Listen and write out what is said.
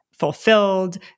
Fulfilled